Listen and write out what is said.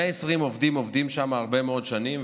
120 עובדים עובדים שם הרבה מאוד שנים,